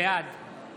בעד